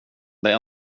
det